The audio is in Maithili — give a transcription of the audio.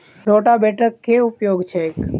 रोटावेटरक केँ उपयोग छैक?